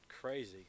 crazy